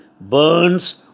burns